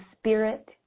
spirit